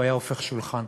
הוא היה הופך שולחן.